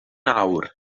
awr